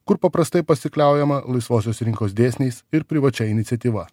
kur paprastai pasikliaujama laisvosios rinkos dėsniais ir privačia iniciatyva